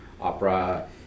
opera